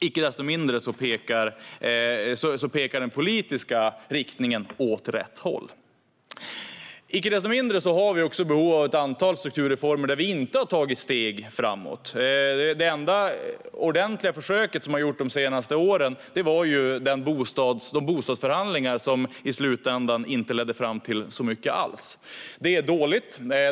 Icke desto mindre pekar nu politiken i rätt riktning. Icke desto mindre har vi behov av ett antal strukturreformer där vi inte har tagit steg framåt. Det enda ordentliga försök som har gjorts de senaste åren var de bostadsförhandlingar som i slutändan inte ledde fram till särskilt mycket alls. Det är dåligt.